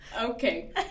Okay